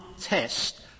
test